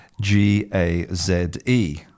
G-A-Z-E